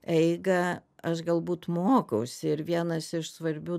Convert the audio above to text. eigą aš galbūt mokausi ir vienas iš svarbių